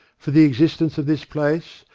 for the existence of this place,